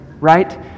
right